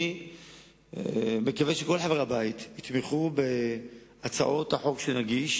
אני מקווה שכל חברי הבית יתמכו בהצעות החוק שנגיש